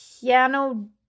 piano